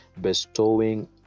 bestowing